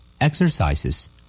exercises